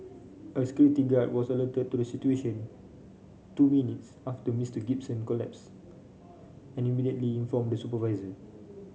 a security guard was alerted to the situation two minutes after Mister Gibson collapsed and immediately informed the supervisor